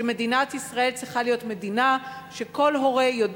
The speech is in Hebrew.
מדינת ישראל צריכה להיות מדינה שבה כל הורה יודע